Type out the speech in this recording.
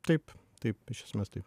taip taip iš esmės taip